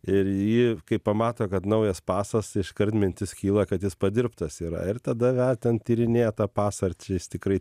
ir jį kai pamato kad naujas pasas iškart mintis kyla kad jis padirbtas yra ir tada va ten tyrinėja tą pasą ar čia jis tikrai